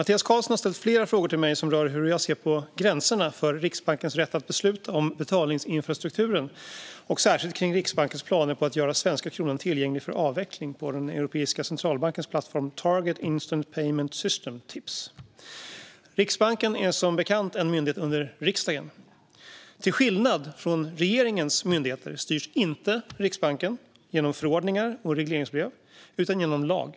Fru talman! har ställt flera frågor till mig som rör hur jag ser på gränserna för Riksbankens rätt att besluta om betalningsinfrastrukturen och särskilt Riksbankens planer på att göra den svenska kronan tillgänglig för avveckling på den Europeiska centralbankens plattform Target Instant Payment System, TIPS. Riksbanken är som bekant en myndighet under riksdagen. Till skillnad från regeringens myndigheter styrs Riksbanken inte genom förordningar och regleringsbrev, utan genom lag.